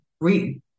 read